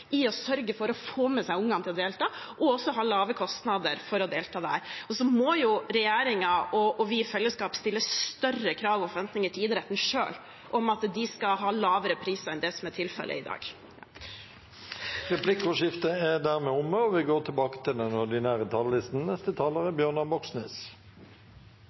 for å få med seg ungene til å delta, og også har lave kostnader for å delta. Så må jo regjeringen og vi i fellesskap stille større krav og ha større forventninger til idretten selv, om at de skal ha lavere priser enn det som er tilfellet i dag. Replikkordskiftet er dermed omme.